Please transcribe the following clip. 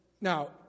now